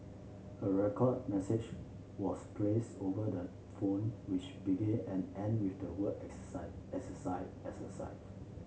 a record message was plays over the phone which began and end with the word exercise exercise exercise